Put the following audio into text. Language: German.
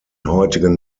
heutigen